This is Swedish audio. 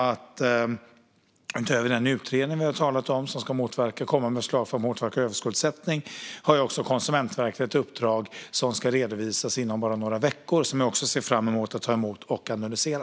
Utöver den utredning som vi har talat om som ska komma med förslag för att motverka överskuldsättning har också Konsumentverket ett uppdrag som ska redovisas inom bara några veckor som jag också ser fram emot att ta emot och analysera.